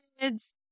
kids